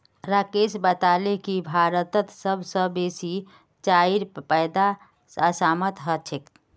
राकेश बताले की भारतत सबस बेसी चाईर पैदा असामत ह छेक